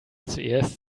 zuerst